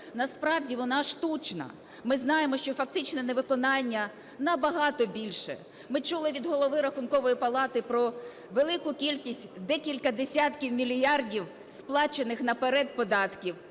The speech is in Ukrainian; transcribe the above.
насправді вона штучна. Ми знаємо, що фактичне невиконання набагато більше. Ми чули від Голови Рахункової палати про велику кількість, декілька десятків мільярдів сплачених наперед податків,